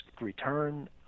return